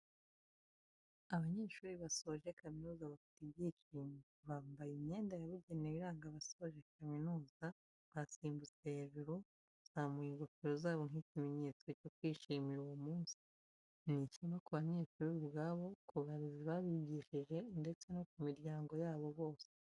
Abanyeshuri basoje kaminuza bafite ibyishimo, bambaye imyenda yabugenewe iranga abasoje kaminuza, basimbutse hejuru, bazamuye ingofero zabo nk'ikimenyetso cyo kwishimira uwo munsi, ni ishema ku banyeshuri ubwabo, ku barezi babigishije ndetse no ku miryango yabo bose.